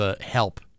help